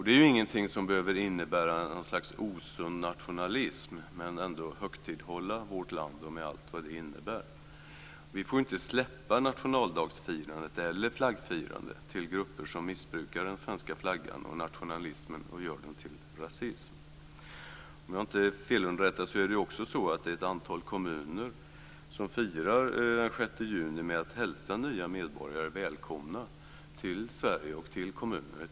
Det är ingenting som behöver innebära något slags osund nationalism men ändå högtidlighålla vårt land med allt vad det innebär. Vi får inte släppa nationaldagsfirandet eller flaggfirandet till grupper som missbrukar den svenska flaggan och nationalismen och gör den till rasism. Om jag inte är felunderrättad firar man i ett antal kommuner den 6 juni med att hälsa nya medborgare välkomna till Sverige och kommunerna.